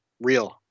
real